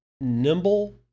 nimble